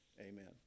Amen